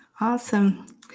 Awesome